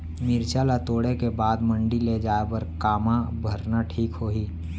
मिरचा ला तोड़े के बाद मंडी ले जाए बर का मा भरना ठीक होही?